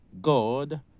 God